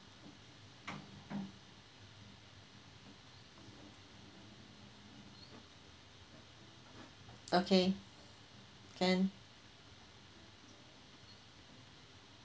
okay can